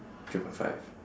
three point five